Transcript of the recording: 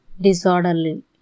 disorderly